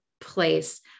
place